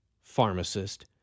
pharmacist